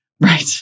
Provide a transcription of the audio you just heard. Right